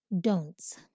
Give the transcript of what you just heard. Don'ts